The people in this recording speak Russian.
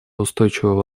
устойчивого